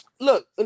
look